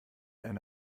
eine